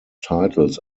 titles